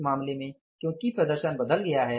इस मामले में क्योंकि प्रदर्शन बदल गया है